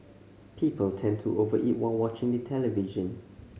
people tend to over eat while watching the television